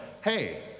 hey